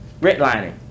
redlining